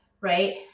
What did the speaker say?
Right